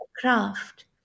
craft